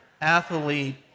athlete